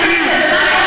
רגע,